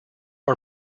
are